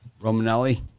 Romanelli